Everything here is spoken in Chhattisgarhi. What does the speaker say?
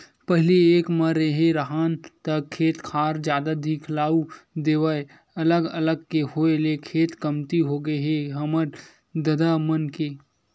पहिली एक म रेहे राहन ता खेत खार जादा दिखउल देवय अलग अलग के होय ले खेत कमती होगे हे हमर ददा मन के